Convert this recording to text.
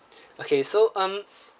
okay so um